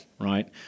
right